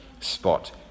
spot